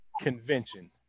convention